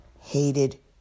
hated